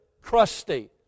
crusty